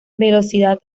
velocidad